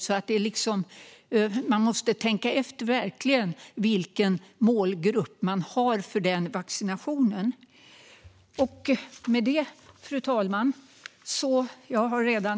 Man måste alltså verkligen tänka efter vilken målgrupp man har för den vaccinationen.